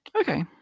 Okay